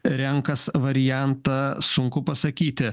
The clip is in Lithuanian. renkas variantą sunku pasakyti